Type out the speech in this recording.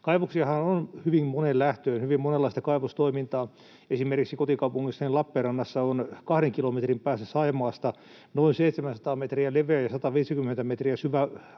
lähtöön, on hyvin monenlaista kaivostoimintaa. Esimerkiksi kotikaupungissani Lappeenrannassa on kahden kilometrin päässä Saimaasta noin 700 metriä leveä ja 150 metriä syvä